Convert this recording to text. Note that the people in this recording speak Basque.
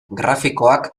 grafikoak